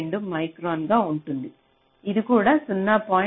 32 micron గా ఉంటుంది ఇది కూడా 0